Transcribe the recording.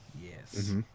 Yes